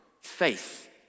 faith